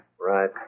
Right